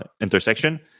intersection